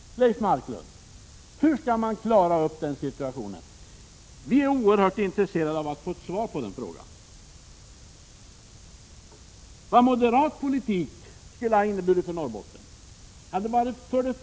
Hur skall de klara upp den situationen, Leif Marklund? Vi är oerhört intresserade av att få svar på den frågan. Vad skulle moderat politik ha inneburit för Norrbotten?